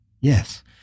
Yes